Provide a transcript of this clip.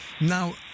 now